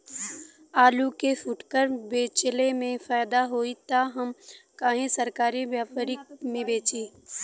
आलू के फूटकर बेंचले मे फैदा होई त हम काहे सरकारी व्यपरी के बेंचि?